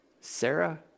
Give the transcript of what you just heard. Sarah